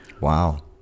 wow